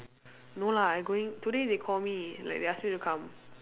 no lah I going today they call me like they ask me to come